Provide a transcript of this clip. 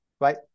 right